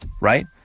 right